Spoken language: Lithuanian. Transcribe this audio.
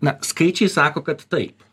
na skaičiai sako kad taip